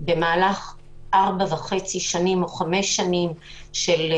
במהלך 4.5 שנים או 5 שנים של